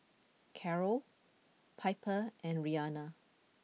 Carrol Piper and Rianna